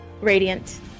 Radiant